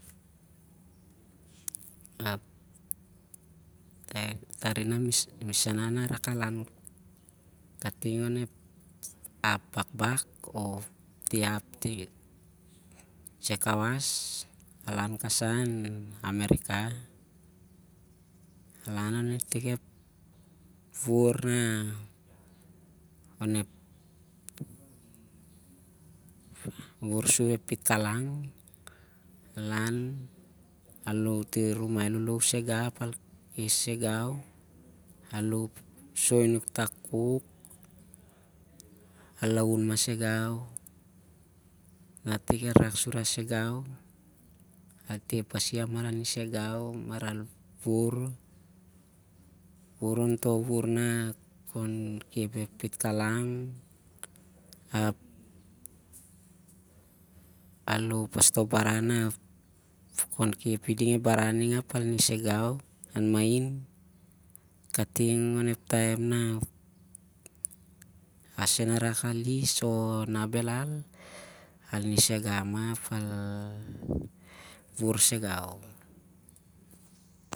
Ap areh na misana arak al inan katingon ti ap bakbak. o kating an sai kawas o al lan kasai an america. alan on itik ep wuvur onep pitkalang al lou ti runai lolou sai gau, al lou soi nuk a kuk al laun mahsai gau ap na tik el rak sur iau al teh pasi ap maranisai gau ap marau el wur. Toh wuvur na khon khep ep pitkalang ap al lou pas toh baran na al laun mahin ap na arak al is o anisai gau mah al wur sai gau